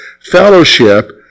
fellowship